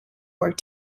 work